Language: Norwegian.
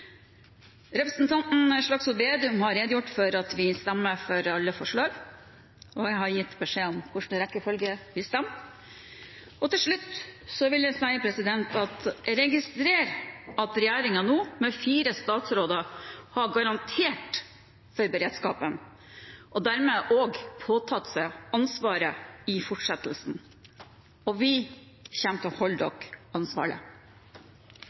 Representanten Slagsvold Vedum har redegjort for at vi stemmer for alle forslag, og jeg har gitt beskjed om i hvilken rekkefølge vi stemmer. Til slutt vil jeg si at jeg registrerer at regjeringen nå, med fire statsråder, har garantert for beredskapen, og dermed også påtatt seg ansvaret i fortsettelsen. Vi kommer til å holde